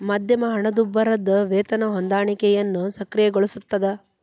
ಮಧ್ಯಮ ಹಣದುಬ್ಬರದ್ ವೇತನ ಹೊಂದಾಣಿಕೆಯನ್ನ ಸಕ್ರಿಯಗೊಳಿಸ್ತದ